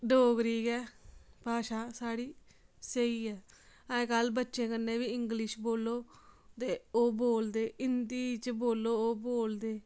डोगरी गै भाशा साढ़ी स्हेई ऐ अज्ज कल बच्चें कन्नै बी इंग्लिश बोलो ते ओह् बोलदे हिंदी च बोलो ओह् बोलदे